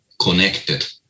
connected